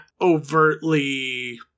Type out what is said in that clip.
overtly